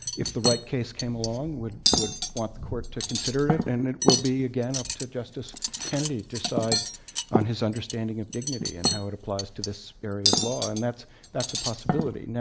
if the right case came along, would would want the court to consider it. and it will be again up to justice kennedy to decide on his understanding of dignity and how it applies to this area of law. and that's that's a possibility.